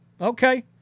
Okay